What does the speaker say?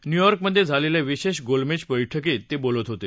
न्यूयॉर्कमधे झालेल्या विशेष गोलमेज बैठकीत ते बोलत होते